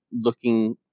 looking